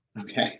Okay